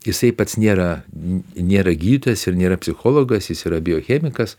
jisai pats nėra nėra gydytojas ir nėra psichologas jis yra biochemikas